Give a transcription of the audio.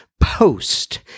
post